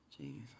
Jesus